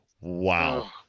Wow